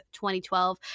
2012